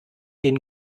den